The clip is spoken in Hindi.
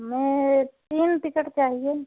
हमें तीन टिकट चाहिए